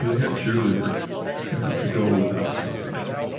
head cheerleader to go without a stuffed animal.